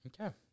Okay